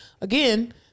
again